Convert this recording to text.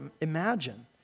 imagine